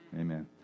Amen